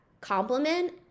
compliment